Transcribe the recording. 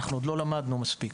עוד לא למדנו מספיק.